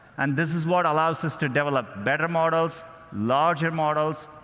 and this is what allows us to develop better models, larger models,